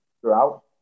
throughout